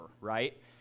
right